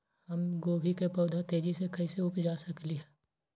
हम गोभी के पौधा तेजी से कैसे उपजा सकली ह?